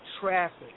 traffic